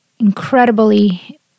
incredibly